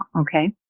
Okay